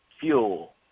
fuel